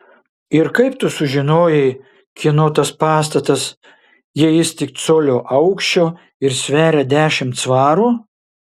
ir kaip tu sužinojai kieno tas pastatas jei jis tik colio aukščio ir sveria dešimt svarų